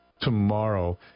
tomorrow